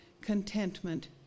contentment